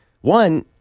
one